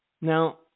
Now